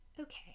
Okay